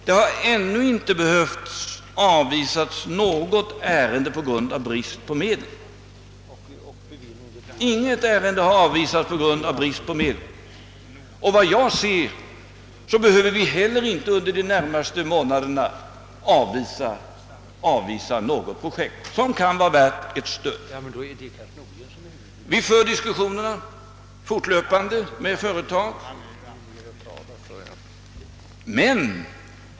Det har ännu inte varit nöd vändigt att avvisa något ärende på grund av bristande medel. Såvitt jag kan se behöver vi inte heller under de närmaste månaderna avvisa något projekt som kan vara värt stöd. Vi för fortlöpande diskussioner med olika företag.